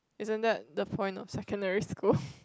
isn't that the point of secondary school